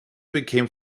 became